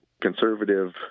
conservative